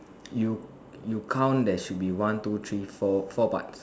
you you count there should be one two three four four parts